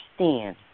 understand